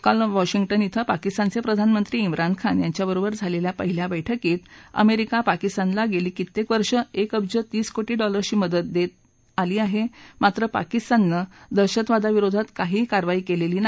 काल वॅशिंग्टन क्वें पाकिस्तानचे प्रधानमंत्री ब्रिन खान यांच्याबरोबर झालेल्या पहिल्या बैठकीत अमेरिका पाकिस्तानला गेली कित्येक वर्ष एक अब्ज तीस कोटी डॉलर्सची मदत देत आली आहे मात्र पाकिस्ताननं दहशतवादाविरोधात काहीही कारवाई केली नाही